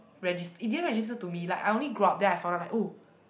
regis~ it didn't register to me like I only grew up then I found out like oh